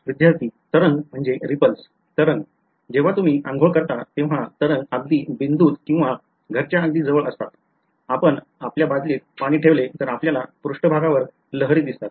विद्यार्थीः तरंग तरंग जेव्हा तुम्ही आंघोळ करता तेव्हा तरंग अगदी बिंदूत किंवा घराच्या अगदी जवळ असत आपण आपल्या बादलीत पाणी ठेवले तर आपल्याला पृष्ठभागावर लहरी दिसतात